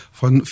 van